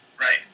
Right